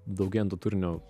daugėjant to turinio